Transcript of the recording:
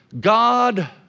God